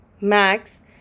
Max